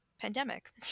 pandemic